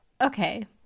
okay